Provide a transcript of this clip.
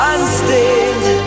Unstained